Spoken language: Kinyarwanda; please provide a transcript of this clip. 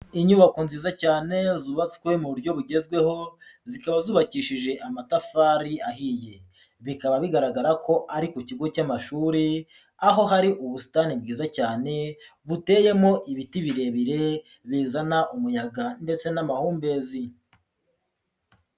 Inyubako nziza cyane zubatswe mu buryo bugezweho, zikaba zubakishije amatafari ahiye. Bikaba bigaragara ko ari ku kigo cy'amashuri, aho hari ubusitani bwiza cyane buteyemo ibiti birebire bizana umuyaga ndetse n'amahumbezi.